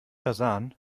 versahen